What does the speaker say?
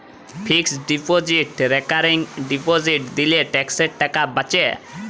fixed deposit recurring deposit দিলে ট্যাক্সের টাকা বাঁচে